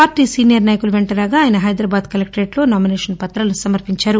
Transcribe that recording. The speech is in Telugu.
పార్టీ సీనియర్ నాయకులు వెంటరాగా ఆయన హైదరాబాద్ కలెక్టరేట్లో ఆయన నామినేషన్ పుతాలు సమర్పించారు